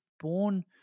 born